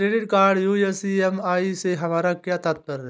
Credit card US EMI से हमारा क्या तात्पर्य है?